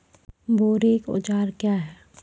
बोरेक औजार क्या हैं?